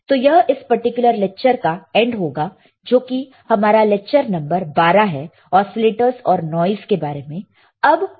तो यह इस पर्टिकुलर लेक्चर का एंड होगा जो कि हमारा लेक्चर नंबर 12 है ऑसीलेटरस और नॉइस के बारे में